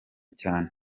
cyane